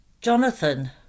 Jonathan